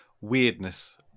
weirdness